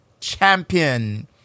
Champion